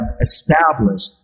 established